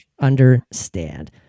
understand